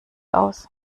aus